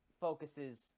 focuses